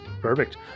perfect